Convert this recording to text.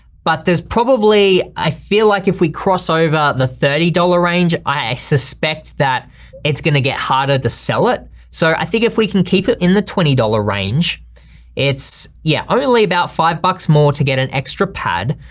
but there's probably, i feel like if we cross over the thirty dollars range, i suspect that it's gonna get harder to sell it. so i think if we can keep it in the twenty dollars range it's. yeah i'm gonna leave about five bucks more to get an extra pad,